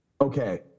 Okay